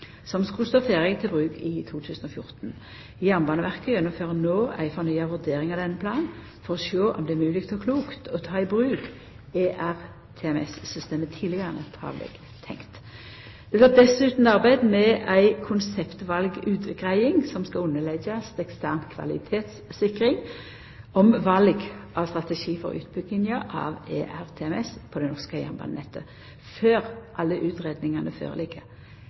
som skulle stå ferdig til bruk i 2014. Jernbaneverket gjennomfører no ei fornya vurdering av denne planen for å sjå på om det er mogleg og klokt å ta i bruk ERTMS-systemet tidlegare enn opphavleg tenkt. Det blir dessutan arbeidd med ei konseptvalutgreiing som skal underleggjast ekstern kvalitetssikring om val av strategi for utbygginga av ERTMS på det norske jernbanenettet. Før alle